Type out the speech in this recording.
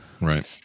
Right